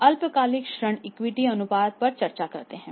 अब अल्पकालिक ऋण इक्विटी अनुपात पर चर्चा करते हैं